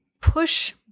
push